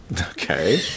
Okay